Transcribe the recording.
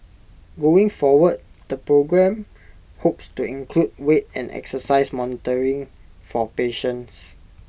going forward the programme hopes to include weight and exercise monitoring for patients